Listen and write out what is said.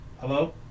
hello